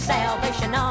Salvation